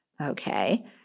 okay